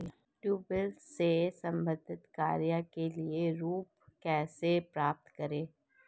Tubewell से संबंधित कार्य के लिए ऋण कैसे प्राप्त किया जाए?